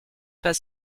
pas